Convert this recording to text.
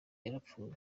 yarapfuye